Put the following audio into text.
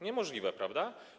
Niemożliwe, prawda?